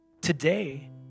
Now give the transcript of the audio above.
today